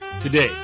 Today